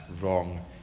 wrong